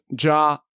Ja